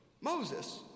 Moses